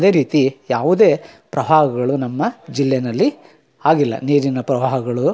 ಅದೇ ರೀತಿ ಯಾವುದೇ ಪ್ರವಾಹಗಳು ನಮ್ಮ ಜಿಲ್ಲೆನಲ್ಲಿ ಆಗಿಲ್ಲ ನೀರಿನ ಪ್ರವಾಹಗಳು